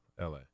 LA